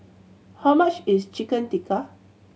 how much is Chicken Tikka